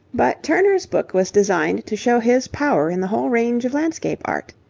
but turner's book was designed to show his power in the whole range of landscape art.